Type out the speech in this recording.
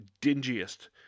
dingiest